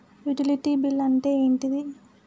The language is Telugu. యుటిలిటీ బిల్ అంటే ఏంటిది?